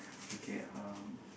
okay um